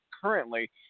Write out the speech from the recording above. currently